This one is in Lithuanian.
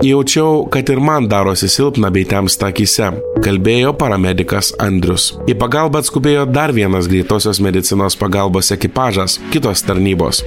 jaučiau kad ir man darosi silpna bei temsta akyse kalbėjo paramedikas andrius į pagalbą atskubėjo dar vienas greitosios medicinos pagalbos ekipažas kitos tarnybos